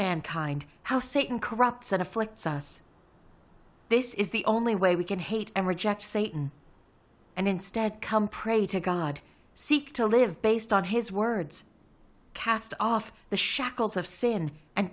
mankind how satan corrupts and afflicts us this is the only way we can hate and reject satan and instead come pray to god seek to live based on his words cast off the shackles of sin and